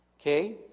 Okay